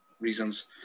reasons